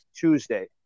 Tuesday